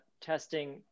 testing